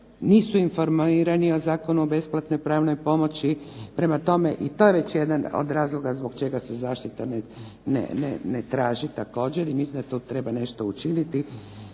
nisu informirani o Zakonu o besplatnoj pravnoj pomoći. Prema tome, i to je već jedan od razloga zašto se zaštita ne traži također i mislim da tu treba nešto učiniti,